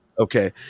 okay